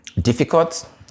difficult